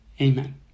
Amen